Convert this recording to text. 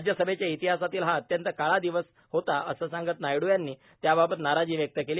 राज्यसभेच्या इतिहासातील हा अत्यंत काळा दिवस होता असं सांगत नायडू यांनी त्याबाबत नाराजी व्यक्त केली